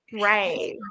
Right